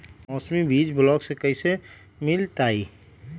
मौसमी बीज ब्लॉक से कैसे मिलताई?